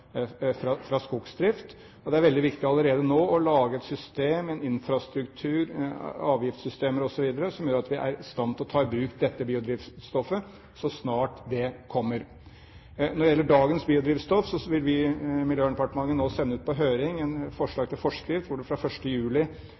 skogsdrift. Det er veldig viktig allerede nå å lage et system – en infrastruktur, avgiftssystemer osv. – som gjør at vi er i stand til å ta i bruk dette biodrivstoffet så snart det kommer. Når det gjelder dagens biodrivstoff, vil vi i Miljøverndepartementet nå sende ut på høring et forslag til forskrift hvor det fra 1. juli